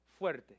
fuerte